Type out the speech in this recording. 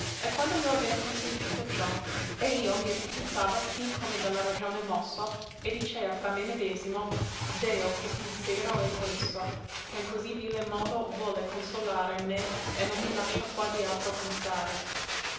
e quando io avea consentito ciò e io mi ripensava sì come da la ragione mosso e dicea fra me medesimo deo che pensero è questo che in così vile modo vuole consolare me e non mi lascia quasi altro pensare